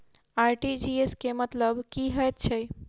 RTGS केँ मतलब की हएत छै?